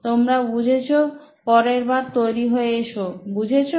তোমরা বুঝেছো পরেরবার তৈরি হয়ে এসো বুঝেছো